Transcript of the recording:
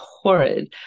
horrid